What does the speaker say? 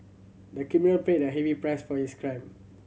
the criminal paid a heavy price for his crime